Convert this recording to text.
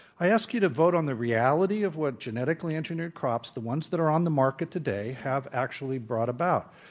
i ask you to vote on the reality of what genetically engineered crops, the ones that are on the market today, have actually brought about,